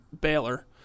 Baylor